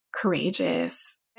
courageous